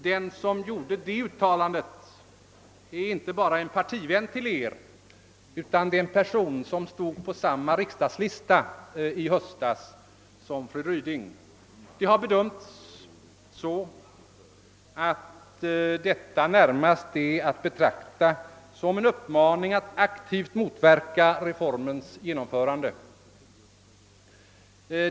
Den som gjorde detta uttalande, fru Ryding, är inte bara en partivän till Er utan en person som stod på samma riksdagslista i höstas som Ni. Uttalandet har betraktats närmast som en uppmaning att aktivt motverka reformens genomförande.